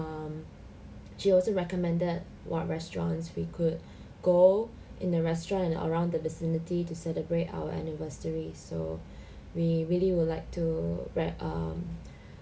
um she also recommended what restaurants we could go in the restaurant and around the vicinity to celebrate our anniversary so we really would like to right um